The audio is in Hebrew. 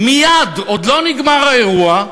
מייד, עוד לא נגמר האירוע,